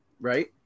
right